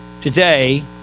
today